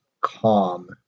calm